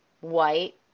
white